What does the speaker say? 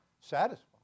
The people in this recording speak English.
satisfied